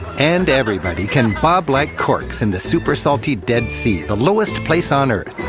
and everybody can bob like corks in the super salty dead sea, the lowest place on earth.